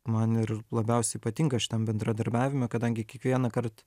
man ir labiausiai patinka šitam bendradarbiavime kadangi kiekvienąkart